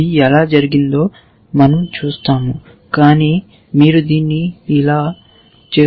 ఇది ఎలా జరిగిందో మనం చూస్తాము కానీ మీరు దీన్ని ఇలా చేస్తున్నారని అనుకోవచ్చు